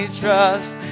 trust